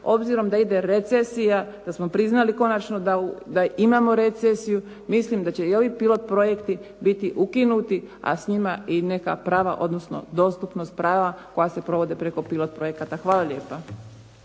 obzirom da ide recesija, da smo priznali konačno da imamo recesiju mislim da će i ovi pilot projekti biti ukinuti, a s njima i neka prava, odnosno dostupnost prava koja se provode preko pilot projekata. Hvala lijepa.